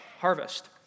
harvest